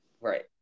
Right